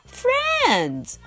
friends